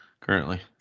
currently